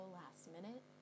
last-minute